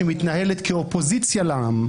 שמתנהלת כאופוזיציה לעם.